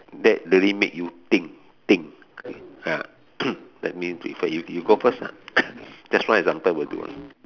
that really make you think think ya that means y~ you go first lah just one example will do lah